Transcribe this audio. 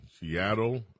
Seattle